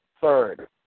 Third